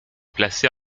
placée